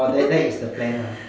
orh then that is the plan lah